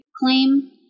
Claim